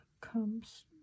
comes